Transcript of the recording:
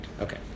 Okay